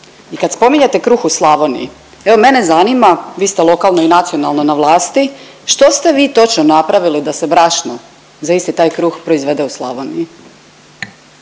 I kad spominjete kruh u Slavoniji, evo mene zanima, vi ste lokalno i nacionalno na vlasti, što ste vi točno napravili da se brašno za isti taj kruh proizvede u Slavoniji?